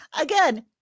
again